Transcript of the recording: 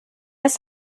ist